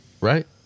Right